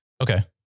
Okay